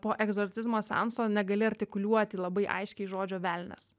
po egzorcizmo seanso negali artikuliuoti labai aiškiai žodžio velnias